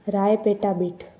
Rai petabit